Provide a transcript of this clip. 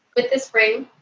with this ring.